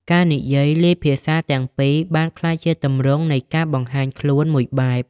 ការនិយាយលាយភាសាទាំងពីរបានក្លាយជាទម្រង់នៃការបង្ហាញខ្លួនមួយបែប។